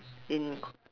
in c~